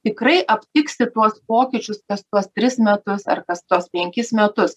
tikrai aptiksi tuos pokyčius kas tuos tris metus ar kas tuos penkis metus